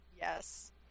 yes